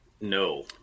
No